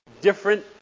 different